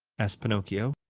asked pinocchio.